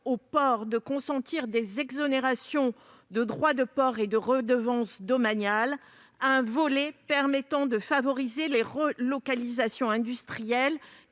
aux ports de consentir des exonérations de droits de port et de redevances domaniales ; un volet permettant de favoriser les relocalisations industrielles